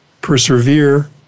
Persevere